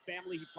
family